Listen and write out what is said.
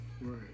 Right